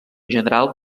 general